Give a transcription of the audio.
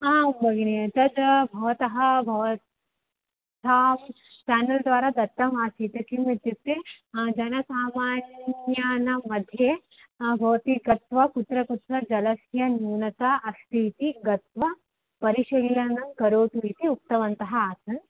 आं भगिनी तद् भवतः भवतां चानल् द्वारा दत्तमासीत् किमित्युक्ते जनसामान्यानां मध्ये भवती गत्वा कुत्र कुत्र जलस्य न्यूनता अस्ति इति गत्वा परिशीलनं करोतु इति उक्तवन्तः आसन्